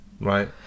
right